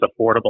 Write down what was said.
affordable